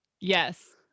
Yes